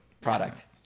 product